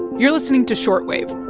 you're listening to short wave